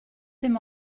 dim